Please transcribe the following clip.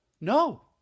no